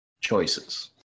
choices